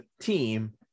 team